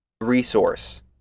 resource